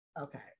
Okay